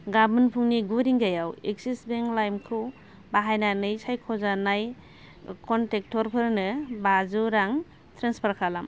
गाबोन फुंनि गु रिंगायाव एक्सिस बेंक लाइमखौ बाहायनानै सायख'जानाय क'नटेक्टफोरनो बाजौ रां ट्रेन्सफार खालाम